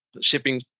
shipping